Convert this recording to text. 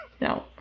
No